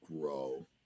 grow